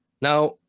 Now